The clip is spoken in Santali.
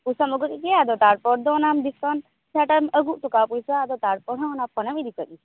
ᱚᱱᱟ ᱯᱚᱭᱥᱟ ᱱᱚᱜᱚᱫ ᱜᱮᱭᱟ ᱟᱫᱚ ᱛᱟᱨᱯᱚᱨ ᱫᱚ ᱚᱱᱟᱢ ᱰᱤᱥᱠᱟᱭᱩᱱᱴ ᱡᱟᱦᱟᱸᱴᱟ ᱟᱹᱜᱩ ᱦᱚᱴᱚᱠᱟ ᱯᱩᱭᱥᱟ ᱟᱫᱚ ᱛᱟᱨᱯᱚᱨ ᱦᱚᱸ ᱚᱱᱟ ᱯᱷᱳᱱᱮᱢ ᱦᱤᱡᱩ ᱠᱟᱫᱤᱝ